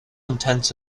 intents